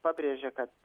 pabrėžia kad